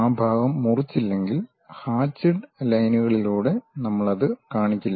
ആ ഭാഗം മുറിച്ചില്ലെങ്കിൽ ഹാചിഡ് ലൈൻകളിലൂടെ നമ്മൾ അത് കാണിക്കില്ല